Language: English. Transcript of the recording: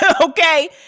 okay